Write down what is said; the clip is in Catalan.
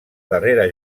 darrera